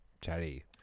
Chatty